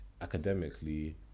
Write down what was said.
academically